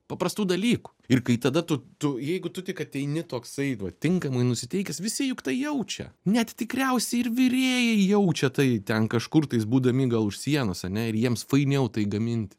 paprastų dalykų ir kai tada tu tu jeigu tu tik ateini toksai vat tinkamai nusiteikęs visi juk tai jaučia net tikriausiai ir virėjai jaučia tai ten kažkur tais būdami gal už sienos ane ir jiems fainiau tai gaminti